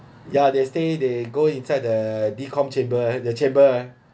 ya they stay they go inside the decom chamber the chamber ah